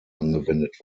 angewendet